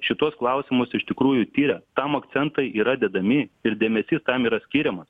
šituos klausimus iš tikrųjų tiria tam akcentai yra dedami ir dėmesys tam yra skiriamas